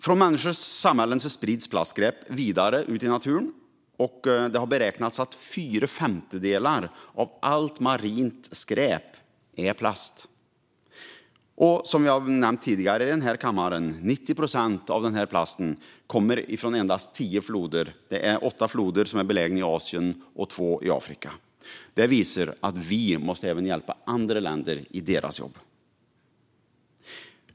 Från människornas samhällen sprids plastskräp vidare ut i naturen. Det har beräknats att fyra femtedelar av allt marint skräp är plast och, som jag nämnt tidigare här i kammaren, att 90 procent av denna plast kommer från endast tio floder. Åtta av dessa floder är belägna i Asien och två i Afrika. Det visar att vi även måste hjälpa andra länder i deras jobb.